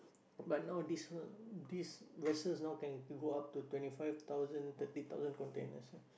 but now these uh these vessels now can go up to twenty five thousand thirty thousand containers ah